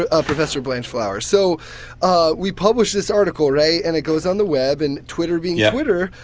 ah ah professor blanchflower. so ah we published this article right? and it goes on the web. and twitter being yeah twitter.